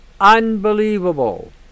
unbelievable